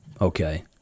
okay